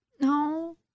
No